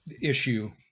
issue